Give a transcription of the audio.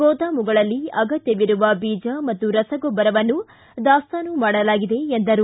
ಗೋದಾಮುಗಳಲ್ಲಿ ಅಗತ್ಯವಿರುವ ಬೀಜ ಮತ್ತು ರಸಗೊಬ್ಬರವನ್ನು ದಾಸ್ತಾನು ಮಾಡಲಾಗಿದೆ ಎಂದರು